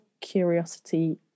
curiosity